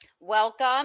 Welcome